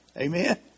Amen